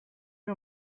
you